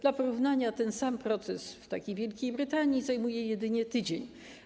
Dla porównania: ten sam proces w Wielkiej Brytanii zajmuje jedynie tydzień.